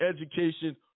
education